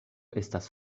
estas